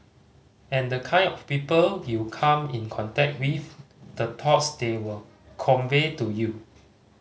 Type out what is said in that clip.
and the kind of people you come in contact with the thoughts they were convey to you